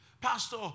Pastor